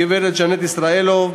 הגברת ז'נט ישראלוב,